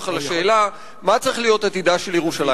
על השאלה מה צריך להיות עתידה של ירושלים.